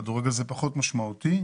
כדורגל זה פחות משמעותי.